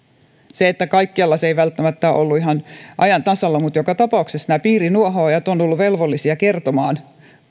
kaikkialla se ei välttämättä ole ollut ihan ajan tasalla mutta joka tapauksessa nämä piirinuohoojat ovat olleet velvollisia kertomaan